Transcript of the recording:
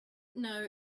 know